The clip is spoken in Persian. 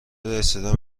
رسیدن